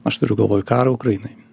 aš turiu galvoj karą ukrainoj